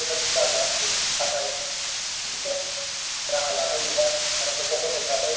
बेबायदि जानायनि थाखाय इसे राहा लानाय नुबाय आरो गथ' गथाइफ्राबो